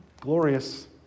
glorious